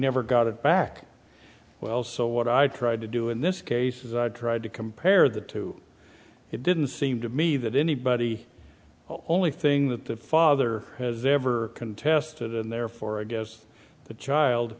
never got it back well so what i tried to do in this case is i tried to compare the two it didn't seem to me that anybody only thing that the father has ever contested and therefore against the child